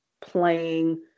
playing